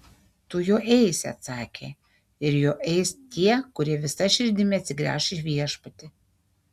tu juo eisi atsakė ir juo eis tie kurie visa širdimi atsigręš į viešpatį